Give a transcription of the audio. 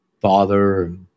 father